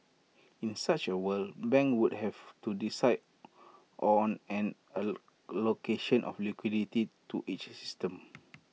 in such A world banks would have to decide on an location of liquidity to each system